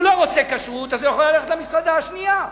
הוא לא רוצה כשרות, יכול ללכת למסעדה השנייה.